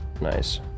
Nice